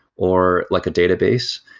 or like a database,